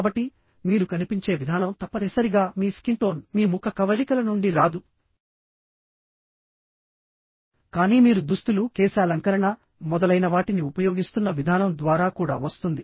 కాబట్టిమీరు కనిపించే విధానం తప్పనిసరిగా మీ స్కిన్ టోన్ మీ ముఖ కవళికల నుండి రాదు కానీ మీరు దుస్తులుకేశాలంకరణ మొదలైనవాటిని ఉపయోగిస్తున్న విధానం ద్వారా కూడా వస్తుంది